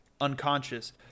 unconscious